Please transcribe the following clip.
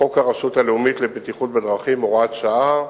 חוק הרשות הלאומית לבטיחות בדרכים (הוראת שעה),